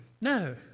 No